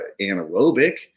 anaerobic